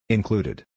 Included